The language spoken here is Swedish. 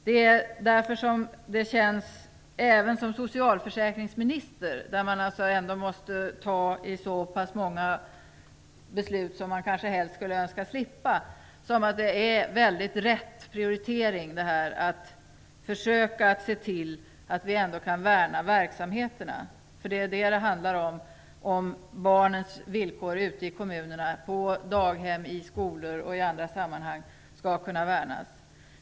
Det är därför som det även som socialförsäkringsminister, då man måste fatta så många beslut som man kanske helst skulle vilja slippa, känns som en mycket riktig prioritering att försöka se till att vi kan värna verksamheterna. För det är vad det handlar om, om barnens villkor ute i kommunerna, på daghem, i skolor och i andra sammanhang skall kunna värnas.